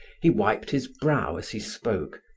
he wiped his brow as he spoke,